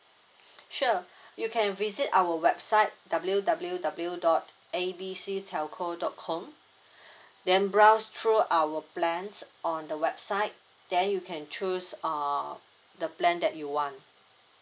sure you can visit our website W W W dot A B C telco dot com then browse through our plans on the website then you can choose uh the plan that you want